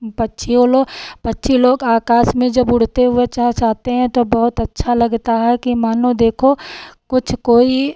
पक्षियों लो पक्षी लोग आकाश में जब उड़ते हुए चहचहाते हैं तो बहुत अच्छा लगता है कि मानो देखो कुछ कोई